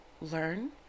learn